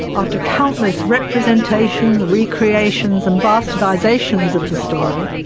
after countless representations, recreations and bastardisations of the story,